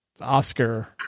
Oscar